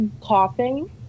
coughing